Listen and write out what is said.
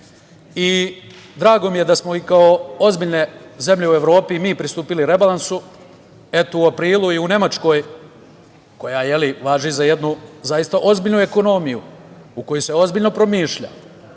mi je da smo, kao i ozbiljne zemlje u Evropi, i mi pristupili rebalansu, eto u aprilu i u Nemačkoj, koja važi za jednu zaista ozbiljnu ekonomiju, u kojoj se ozbiljno promišlja,